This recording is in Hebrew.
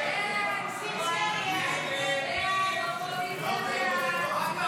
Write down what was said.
הסתייגות 22 לא נתקבלה.